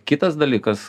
kitas dalykas